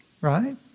right